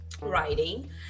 writing